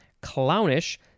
clownish